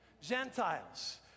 Gentiles